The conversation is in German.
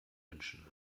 wünschen